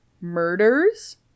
murders